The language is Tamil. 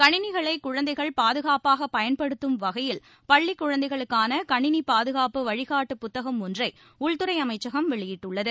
கணினிகளை குழந்தைகள் பாதுகாப்பாக பயன்படுத்தும் வகையில் பள்ளிக் குழந்தைகளுக்கான கணினி பாதுகாப்பு வழிகாட்டு புத்தகம் ஒன்றை உள்துறை அமைச்சகம் வெளியிட்டுள்ளது